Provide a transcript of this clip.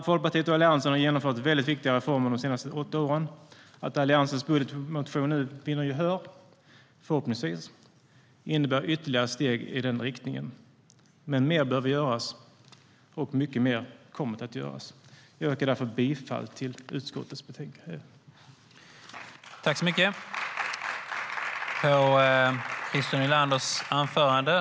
Folkpartiet och Alliansen har genomfört väldigt viktiga reformer de senaste åtta åren. Att Alliansens budgetmotion nu förhoppningsvis vinner gehör innebär ytterligare steg i den riktningen.